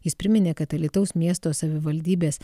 jis priminė kad alytaus miesto savivaldybės